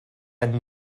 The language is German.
ein